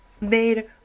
made